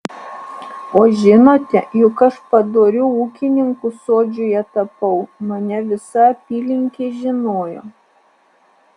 o žinote juk aš padoriu ūkininku sodžiuje tapau mane visa apylinkė žinojo